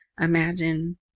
imagine